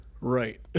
Right